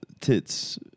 tits